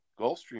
Gulfstream